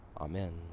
Amen